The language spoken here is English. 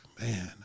man